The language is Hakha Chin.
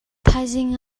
thaizing